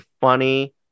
funny